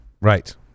right